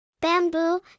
Bamboo